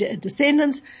descendants